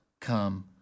come